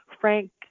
Frank